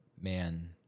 Man